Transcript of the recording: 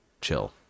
chill